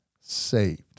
saved